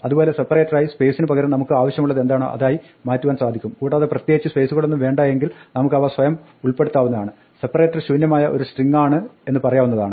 അതുപോലെ സെപ്പറേറ്ററായി സ്പേസിന് പകരം നമുക്ക് ആവശ്യമുള്ളത് എന്താണോ അതായി മാറ്റുവാൻ സാധിക്കും കൂടാതെ പ്രത്യേകിച്ച് സ്പേസുകളൊന്നും വേണ്ട എങ്കിൽ നമുക്ക് അവ സ്വയം ഉൾപ്പെടുത്താവുന്നതാണ് സെപ്പറേറ്റർ ശൂന്യമായ ഒരു സ്ട്രിങ്ങാണ് എന്ന് പറയാവുന്നതാണ്